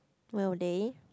will they